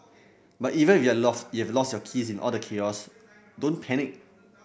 but even if you've lost you've lost your keys in all the chaos don't panic